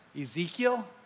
Ezekiel